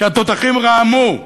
כשהתותחים רעמו,